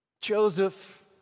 Joseph